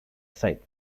sight